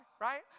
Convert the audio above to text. right